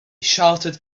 shouted